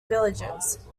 villages